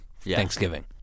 Thanksgiving